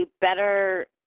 better